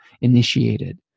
initiated